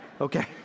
okay